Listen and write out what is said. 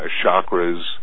chakras